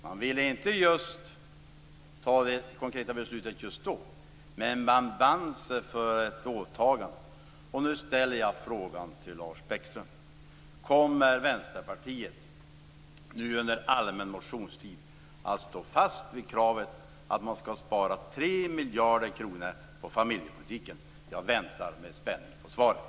Man ville inte ta det konkreta beslutet just då, men man band sig för ett åtagande. Nu ställer jag till Lars Bäckström frågan: Kommer Vänsterpartiet nu under allmänna motionstiden att stå fast vid kravet att Jag väntar med spänning på svaret.